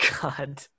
God